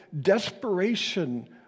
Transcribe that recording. desperation